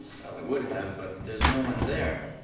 i would have, but there is no one there.